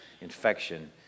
infection